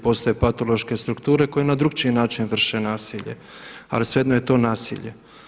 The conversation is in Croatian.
Postoje patološke strukture koje na drukčiji način vrše nasilje, ali svejedno je to nasilje.